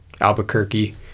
Albuquerque